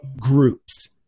groups